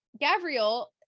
gabriel